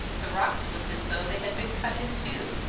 the rocks looked as though they had been cut in two,